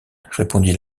répondit